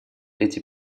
эти